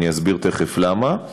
ואני אסביר תכף למה,